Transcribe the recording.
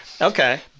okay